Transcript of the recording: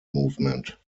movement